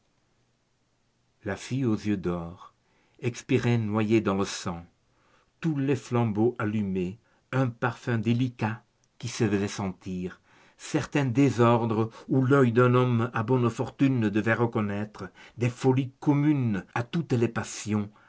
la fille aux yeux d'or expirait noyée dans le sang tous les flambeaux allumés un parfum délicat qui se faisait sentir certain désordre où l'œil d'un homme à bonnes fortunes devait reconnaître des folies communes à toutes les passions